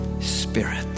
Spirit